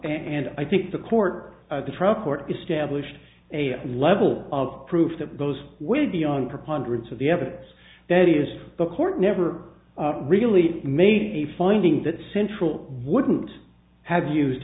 and i think the court the trial court established a level of proof that goes with beyond preponderance of the evidence that is the court never really made a finding that central wouldn't have used